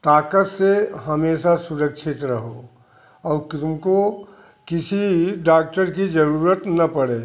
ताकत से हमेशा सुरक्षित रहो और तुमको किसी डॉक्टर की जरूरत ना पड़े